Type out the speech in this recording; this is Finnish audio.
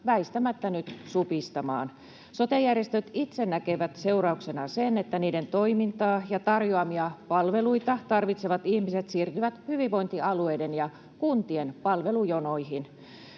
väistämättä nyt supistamaan? Sote-järjestöt itse näkevät seurauksena sen, että niiden toimintaa ja tarjoamia palveluita tarvitsevat ihmiset siirtyvät hyvinvointialueiden ja kuntien palvelujonoihin.